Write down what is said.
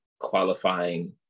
qualifying